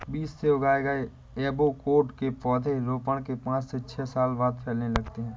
बीज से उगाए गए एवोकैडो के पौधे रोपण के पांच से छह साल बाद फलने लगते हैं